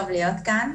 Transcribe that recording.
טוב להיות כאן.